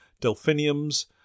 delphiniums